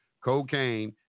cocaine